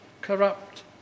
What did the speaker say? corrupt